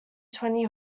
twenty